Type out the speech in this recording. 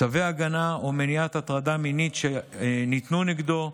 צווי הגנה או מניעת הטרדה מינית שניתנו נגדו,